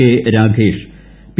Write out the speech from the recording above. K Ragesh P